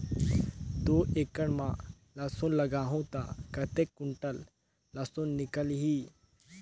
दो एकड़ मां लसुन लगाहूं ता कतेक कुंटल लसुन निकल ही?